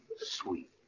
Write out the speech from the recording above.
Sweet